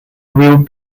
will